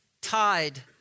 tied